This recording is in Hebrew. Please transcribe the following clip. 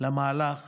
למהלך